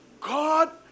God